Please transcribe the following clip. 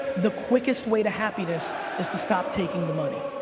the quickest way to happiness is to stop taking the money.